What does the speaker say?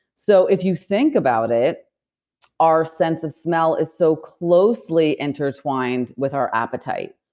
so, if you think about it our sense of smell is so closely intertwined with our appetite,